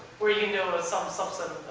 where you know ah some subset,